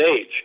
age